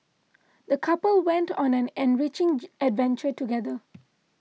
the couple went on an enriching adventure together